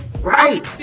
Right